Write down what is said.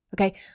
okay